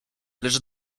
lecz